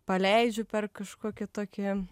paleidžiu per kažkokį tokį